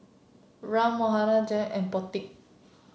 Ram Manohar Janaki and Potti